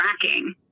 tracking